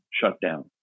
shutdown